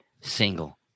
single